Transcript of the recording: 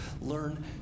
learn